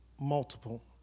multiple